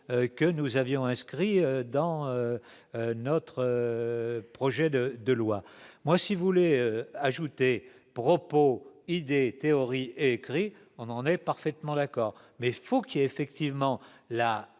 que nous avions inscrit dans notre projet de de loi moi si vous voulez. Ajoutez propos et théories écrit en en est parfaitement l'accord mais il faut qu'effectivement la